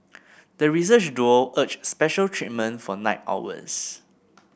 the research duo urged special treatment for night owls